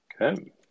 Okay